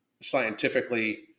scientifically